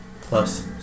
plus